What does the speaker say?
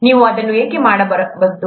ನೀವು ಅದನ್ನು ಏಕೆ ಮಾಡಬಾರದು